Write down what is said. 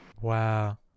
wow